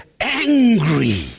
angry